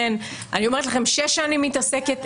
אני אומרת לכם, שש שנים מתעסקת.